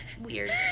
weird